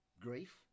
grief